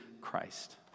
Christ